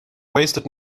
wasted